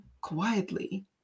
quietly